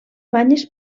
banyes